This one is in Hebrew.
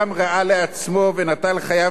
ונטל חייו מן העולם הבא,